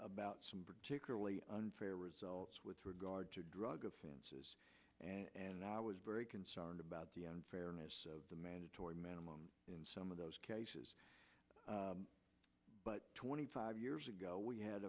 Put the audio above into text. about some particularly unfair results with regard to drug offenses and i was very concerned about the unfairness of the mandatory minimum in some of those cases but twenty five years ago we had